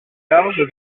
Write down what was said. larges